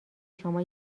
شما